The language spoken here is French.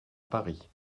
paris